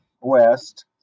west